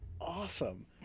awesome